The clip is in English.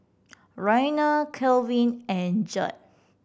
Raina Calvin and Judd